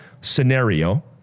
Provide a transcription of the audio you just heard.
scenario